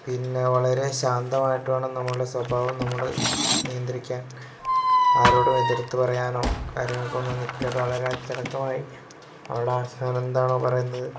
പിന്നെ വളരെ ശാന്തമായിട്ട് വേണം നമ്മുടെ സ്വഭാവം നമ്മൾ നിയന്ത്രിക്കാൻ ആരോടും എതിർത്ത് പറയാനോ കാര്യങ്ങൾക്കൊന്നും നിൽക്കരുത് വളരെ അച്ചടക്കമായി നമ്മളുടെ ആശാനെന്താണോ പറയുന്നത്